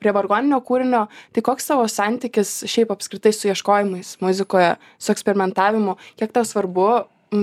prie vargoninio kūrinio tai koks tavo santykis šiaip apskritai su ieškojimais muzikoje su eksperimentavimu kiek svarbu